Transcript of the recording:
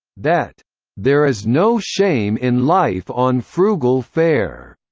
that there is no shame in life on frugal fare,